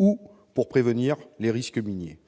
et la prévention des risques miniers.